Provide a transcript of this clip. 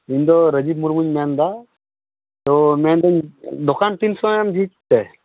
ᱤᱧ ᱫᱚ ᱨᱟᱡᱤᱵ ᱢᱩᱨᱢᱩᱧ ᱢᱮᱱ ᱮᱫᱟ ᱟᱫᱚ ᱢᱮᱱ ᱮᱫᱟᱹᱧ ᱫᱚᱠᱟᱱ ᱛᱤᱱ ᱥᱚᱢᱳᱭᱮᱢ ᱡᱷᱤᱡ ᱛᱮ